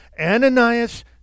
Ananias